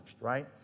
right